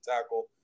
tackle